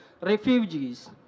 refugees